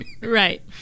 Right